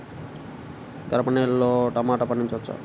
గరపనేలలో టమాటా పండించవచ్చా?